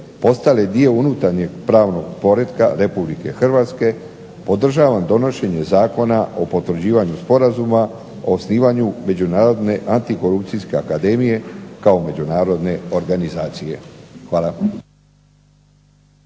postale dio unutarnjeg pravnog poretka RH podržavam donošenje Zakona o potvrđivanju Sporazuma o osnivanju Međunarodne antikorupcijske akademije kao međunarodne organizacije. Hvala.